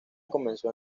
comenzó